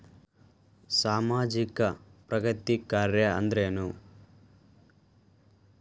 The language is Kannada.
ಸಾಮಾಜಿಕ ಪ್ರಗತಿ ಕಾರ್ಯಾ ಅಂದ್ರೇನು?